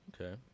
Okay